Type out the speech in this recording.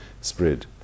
spread